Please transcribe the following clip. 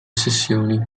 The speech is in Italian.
sessioni